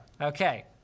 Okay